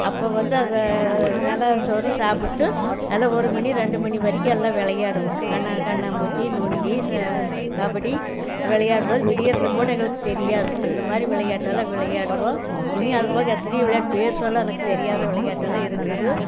அப்போது வந்து அந்த நிலாச் சோறு சாப்பிட்டு நல்ல ஒருமணி ரெண்டுமணி வரைக்கும் எல்லா விளையாடுவோம் கண்ணா கண்ணாமூச்சி நொண்டி கபடி விளையாடுவோம் விடிகிறதுங்கூட எங்களுக்குத் தெரியாது அந்த மாதிரி விளையாட்டெல்லாம் விளையாடுவோம் இனி அதுபோக எத்தனியோ விளையாட்டு பேர் சொல்ல எனக்குத் தெரியாத விளையாட்டெல்லாம் இருக்குது